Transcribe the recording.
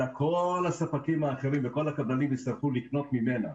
כל הספקים האחרים וכל הקבלנים יצטרכו לקנות ממנה.